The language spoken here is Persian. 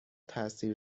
تاثیر